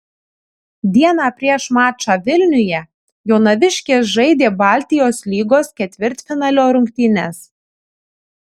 dieną prieš mačą vilniuje jonaviškės žaidė baltijos lygos ketvirtfinalio rungtynes